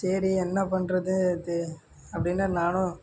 சரி என்ன பண்ணுறது இது அப்படின்னு நானும்